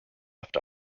left